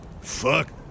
Fuck